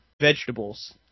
vegetables